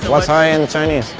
what's hi in chinese?